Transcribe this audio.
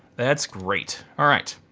that's great. all right.